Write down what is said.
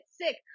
sick